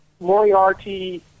Moriarty